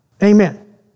Amen